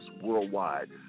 worldwide